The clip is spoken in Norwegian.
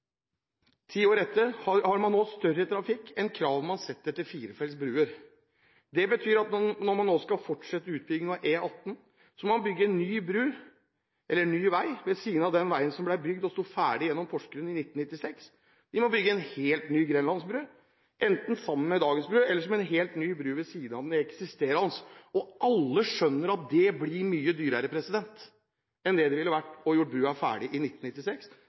etter hadde større trafikk enn kravet man setter til firefeltsbruer. Det betyr at når man nå skal fortsette utbyggingen av E18, må man bygge en ny vei ved siden av den som ble bygd og sto ferdig gjennom Porsgrunn i 1996. Vi må bygge en helt ny grenlandsbru, enten sammen med dagens bru eller som en helt ny bru ved siden av den eksisterende. Alle skjønner at dette blir mye dyrere enn det ville vært å gjøre brua ferdig som firefeltsbru i 1996.